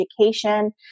education